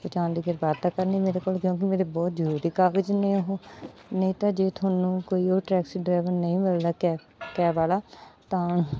ਪਹੁੰਚਾਉਣ ਦੀ ਕਿਰਪਾਲਤਾ ਕਰਨੀ ਮੇਰੇ ਕੋਲ ਕਿਉਂਕਿ ਮੇਰੇ ਬਹੁਤ ਜ਼ਰੂਰੀ ਕਾਗਜ਼ ਨੇ ਉਹ ਨਹੀਂ ਤਾਂ ਜੇ ਤੁਹਾਨੂੰ ਕੋਈ ਉਹ ਟੈਕਸੀ ਡਰਾਈਵਰ ਨਹੀਂ ਮਿਲਦਾ ਕੈ ਕੈਬ ਵਾਲਾ ਤਾਂ